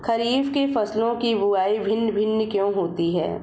खरीफ के फसलों की बुवाई भिन्न भिन्न क्यों होती है?